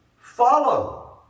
follow